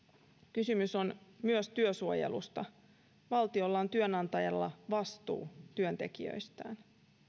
kysymys on myös työsuojelusta valtiolla on työnantajana vastuu työntekijöistään